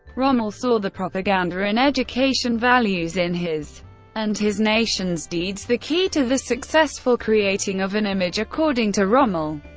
rommel saw the propaganda and education values in his and his nation's deeds the key to the successful creating of an image, according to rommel,